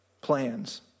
plans